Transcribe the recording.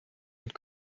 und